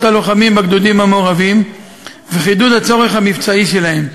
הלוחמים בגדודים המעורבים וחידוד הצורך המבצעי שלהם.